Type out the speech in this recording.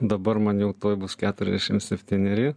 dabar man jau tuoj bus keturiasdešim septyneri